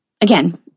again